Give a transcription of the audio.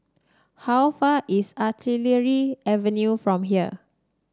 how far is Artillery Avenue from here